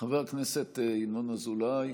חבר הכנסת ינון אזולאי,